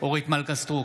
אורית מלכה סטרוק,